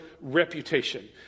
reputation